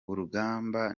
urugamba